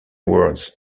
words